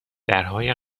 درهای